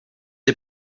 des